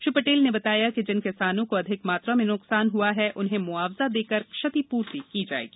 श्री पटेल ने बताया कि जिन किसानों को अधिक मात्रा में न्कसान हुआ है उन्हें म्आवजा देकर क्षतिपूर्ति की जाएगी